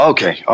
Okay